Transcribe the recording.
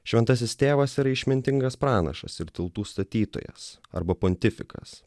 šventasis tėvas yra išmintingas pranašas ir tiltų statytojas arba pontifikas